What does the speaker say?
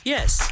Yes